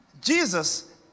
Jesus